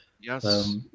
Yes